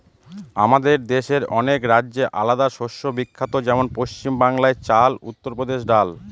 আমাদের দেশের অনেক রাজ্যে আলাদা শস্য বিখ্যাত যেমন পশ্চিম বাংলায় চাল, উত্তর প্রদেশে ডাল